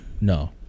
No